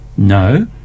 No